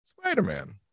Spider-Man